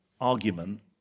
argument